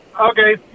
Okay